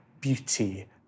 beauty